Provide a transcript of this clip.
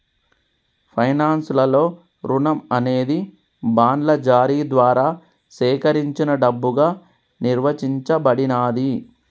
finance లలో రుణం అనేది బాండ్ల జారీ ద్వారా సేకరించిన డబ్బుగా నిర్వచించబడినాది